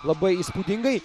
labai įspūdingai